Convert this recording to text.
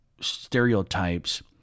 stereotypes